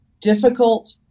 difficult